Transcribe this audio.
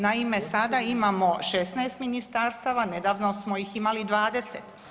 Naime, sada imamo 16 ministarstava, nedavno smo ih imali 20.